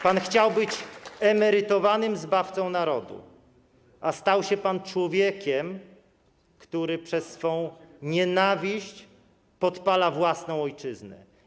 Pan chciał być emerytowanym zbawcą narodu, a stał się pan człowiekiem, który przez swą nienawiść podpala własną ojczyznę.